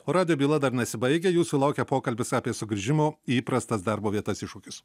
o radijo byla dar nesibaigia jūsų laukia pokalbis apie sugrįžimo į įprastas darbo vietas iššūkius